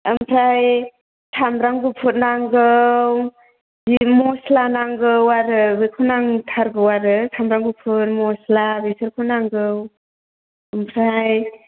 ओमफ्राय सामब्राम गुफुर नांगौ मिट मस्ला नांगौ आरो बेखौ नांथारगौ आरो सामब्राम गुफुर मस्ला बेफोरखौ नांगौ ओमफ्राय